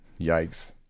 Yikes